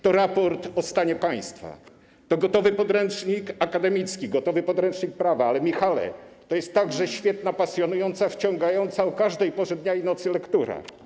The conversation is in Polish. To raport o stanie państwa, to gotowy podręcznik akademicki, gotowy podręcznik prawa, ale, Michale, to jest także świetna, pasjonująca, wciągająca o każdej porze dnia i nocy lektura.